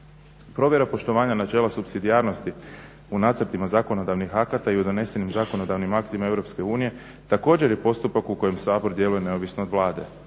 Provjera poštovanja načela supsidijarnosti u nacrtima zakonodavnih akata i u donesenim zakonodavnim aktima EU također je postupak u kojem Sabor djeluje neovisno od Vlade.